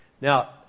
Now